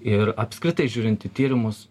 ir apskritai žiūrint į tyrimus